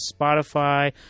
Spotify